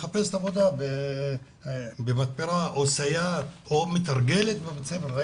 והיא מחפשת עבודה במתפרה או כסייעת או מתרגלת בבית ספר.